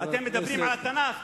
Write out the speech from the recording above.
אתם מדברים על התנ"ך,